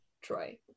Troy